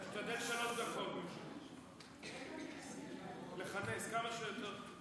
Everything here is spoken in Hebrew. תשתדל שלוש דקות, לכנס כמה שיותר.